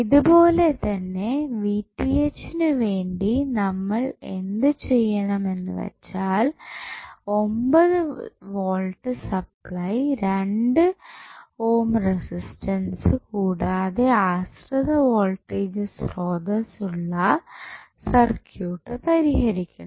ഇതുപോലെത്തന്നെനു വേണ്ടി നമ്മൾ എന്ത് ചെയ്യണം എന്നുവെച്ചാൽ 9 വോൾട്ട് സപ്ലൈ 2 ഓം റെസിസ്റ്റൻസ് കൂടാതെ ആശ്രിത വോൾടേജ് സ്രോതസ്സ് ഉള്ള സർക്യൂട്ട് പരിഹരിക്കണം